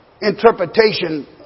interpretation